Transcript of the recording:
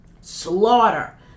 slaughter